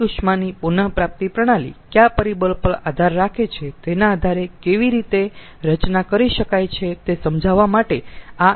વ્યય ઉષ્માની પુન પ્રાપ્તિ પ્રણાલી કયા પરિબળ પર આધાર રાખે છે તેના આધારે કેવી રીતે રચના કરી શકાય છે તે સમજાવવા માટે આ એક યોજનાકીય યોજના છે